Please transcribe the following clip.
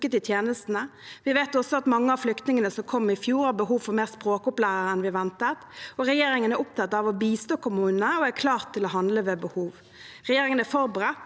Vi vet også at mange av flyktningene som kom i fjor, har behov for mer språkopplæring enn vi ventet. Regjeringen er opptatt av å bistå kommunene og er klar til å handle ved behov. Regjeringen er forberedt